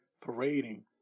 parading